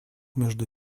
между